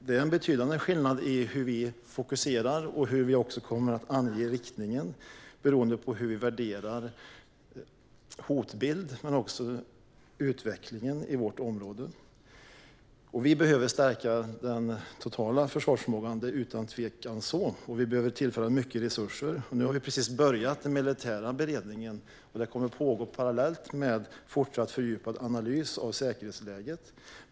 Det är en betydande skillnad i hur vi fokuserar och kommer att ange riktningen beroende på hur vi värderar hotbild men också utvecklingen i vårt område. Vi behöver utan tvekan stärka den totala försvarsförmågan, och vi behöver tillföra mycket resurser. Nu har vi precis börjat den militära beredningen. Den kommer att pågå parallellt med fortsatt fördjupad analys av säkerhetsläget.